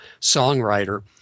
songwriter